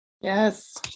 Yes